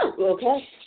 okay